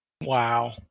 Wow